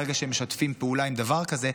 ברגע שהם משתפים פעולה עם דבר כזה,